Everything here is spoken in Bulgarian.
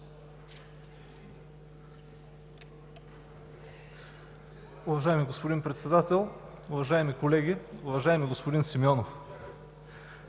Уважаеми господин Председател, уважаеми колеги, уважаеми господин Министър!